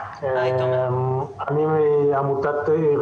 אני מעמותת שוויון,